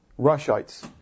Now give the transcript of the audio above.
Rushites